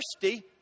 thirsty